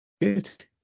good